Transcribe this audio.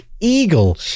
Eagle